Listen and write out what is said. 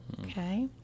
Okay